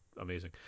amazing